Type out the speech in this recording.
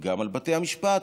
גם על בתי המשפט,